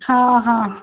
ହଁ ହଁ